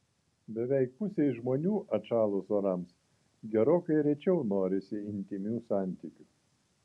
beveik pusei žmonių atšalus orams gerokai rečiau norisi intymių santykių